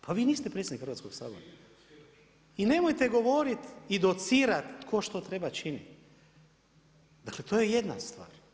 Pa vi niste predsjednik Hrvatskog sabora i nemojte govoriti i docirati tko što treba činiti, dakle to je jedna stvar.